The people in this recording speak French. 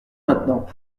maintenant